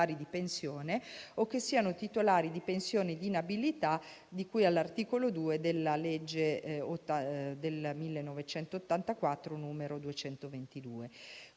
di pensione o che siano titolari di pensione di inabilità, di cui all'articolo 2 della legge n. 222